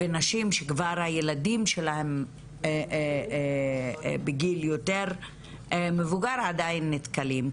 ונשים שכבר הילדים שלהן בגיל יותר מבוגר עדיין נתקלות.